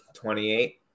28